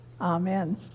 amen